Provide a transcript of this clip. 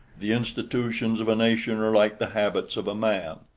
the institutions of a nation are like the habits of a man,